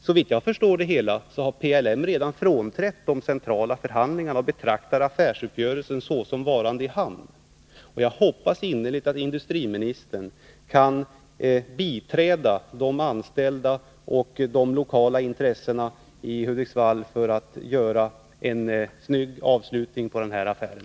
Såvitt jag förstår har PLM redan frånträtt de centrala förhandlingarna och betraktar affärsuppgörelsen såsom varande i hamn. Jag hoppas innerligt att industriministern kan biträda de anställda och de lokala intressena i Hudiksvall för att få till stånd en snygg avslutning på den här affären.